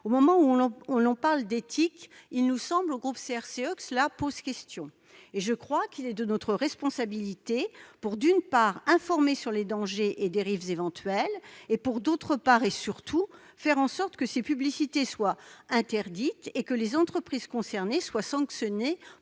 Au moment où l'on parle d'éthique, il nous semble, au groupe CRCE, que cela pose question ! Je crois qu'il est de notre responsabilité, d'une part, d'informer sur les dangers et dérives éventuelles, d'autre part, et surtout, de faire en sorte que ces publicités soient interdites et que les entreprises concernées soient sanctionnées